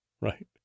right